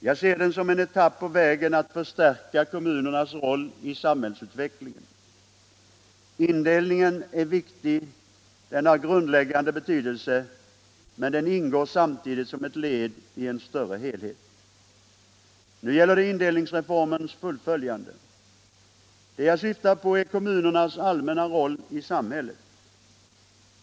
Jag ser den som en etapp på vägen att förstärka kommunernas roll i samhällsutvecklingen. Indelningen är viktig, den har grundläggande betydelse, men den ingår samtidigt som ett led i en större helhet. Nu gäller det indelningsreformens fullföljande. Det jag syftar på är kommunernas allmänna roll i samhället.